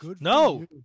No